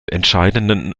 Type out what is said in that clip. entscheidenden